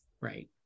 Right